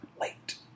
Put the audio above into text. late